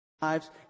lives